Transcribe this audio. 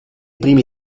prime